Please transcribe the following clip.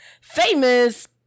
famous